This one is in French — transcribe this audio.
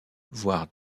voire